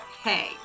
hey